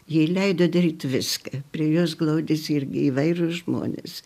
jai leido daryti viską prie jos glaudėsi irgi įvairūs žmonės